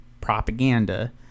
propaganda